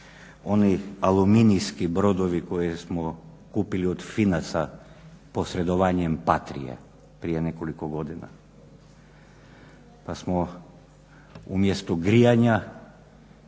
oni aluminijski brodovi koje smo kupili od Finaca posredovanjem Patrie prije nekoliko godina, pa smo umjesto grijanja